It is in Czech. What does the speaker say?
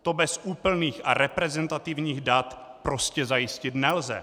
To bez úplných a reprezentativních dat prostě zajistit nelze.